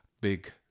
big